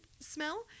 smell